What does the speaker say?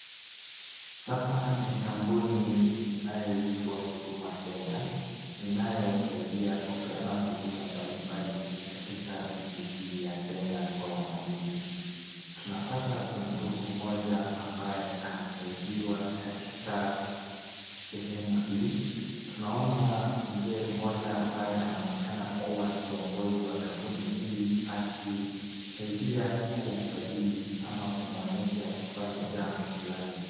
Hapa ni kampuni inaitwa Huduma Kenya, inayosaidia kupeana huduma mbali mbali katika inchi hii ya kenya kwa wanainchi. Tunapata kuna ndugu mmoja ambaye anasaidiwa katika sehemu hii, tunaona mzee mmoja ambaye anaoneka kuwa kiongozi wa kampuni hii akisaidia kumsajili ama kumwonyesha kufanya jambo fulani.